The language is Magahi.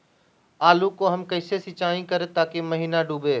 आलू को हम कैसे सिंचाई करे ताकी महिना डूबे?